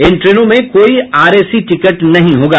इन ट्रेनों में कोई आरएसी टिकट नहीं होगा